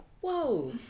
whoa